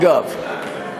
אגב,